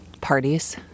Parties